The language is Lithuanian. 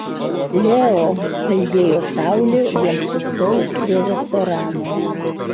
leo kalbėjo saulė jiems sustojus prie restorano